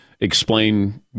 explain